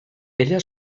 ella